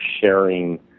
sharing